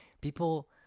people